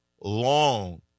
long